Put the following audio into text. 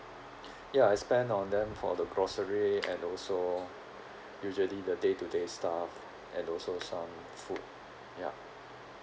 ya I spend on them for the grocery and also usually the day to day stuff and also some food ya